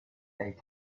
they